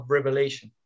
Revelation